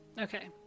okay